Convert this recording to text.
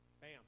bam